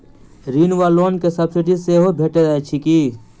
ऋण वा लोन केँ सब्सिडी सेहो भेटइत अछि की?